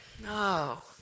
No